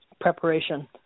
preparation